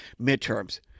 midterms